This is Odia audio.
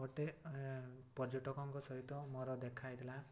ଗୋଟିଏ ପର୍ଯ୍ୟଟକଙ୍କ ସହିତ ମୋର ଦେଖା ହେଇଥିଲା